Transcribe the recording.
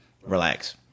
Relax